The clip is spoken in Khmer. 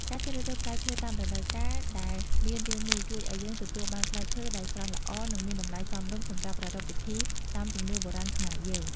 ការជ្រើសរើសផ្លែឈើតាមរដូវកាលដែលមានរាងមូលជួយឱ្យយើងទទួលបានផ្លែឈើដែលស្រស់ល្អ និង មានតម្លៃសមរម្យសម្រាប់ប្រារព្ធពិធីតាមជំនឿបុរាណខ្មែរយើង។